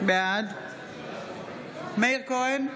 בעד מאיר כהן,